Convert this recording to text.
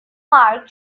mark